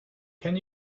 can